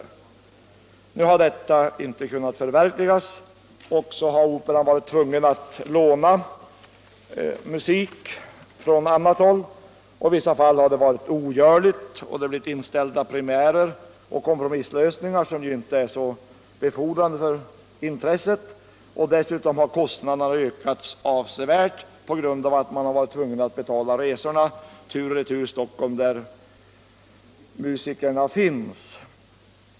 Detta har emellertid inte kunnat förverkligas utan operan har varit tvungen att låna musiker från annat håll. I vissa fall har detta varit ogörligt och följden har blivit inställda premiärer och kompromisslösningar som inte är särskilt befordrande för intresset. Dessutom har kostnaderna ökat avsevärt på grund av att man varit tvungen att betala resorna tur och retur Stockholm, varifrån musikerna hämtats.